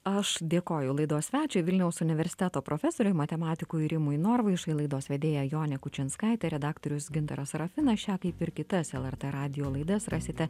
aš dėkoju laidos svečiui vilniaus universiteto profesoriui matematikui rimui norvaišai laidos vedėja jonė kučinskaitė redaktorius gintaras sarafinas šią kaip ir kitas lrt radijo laidas rasite